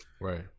Right